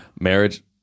Marriage